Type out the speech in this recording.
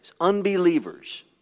unbelievers